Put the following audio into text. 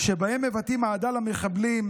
שבהם מבטאים אהדה למחבלים,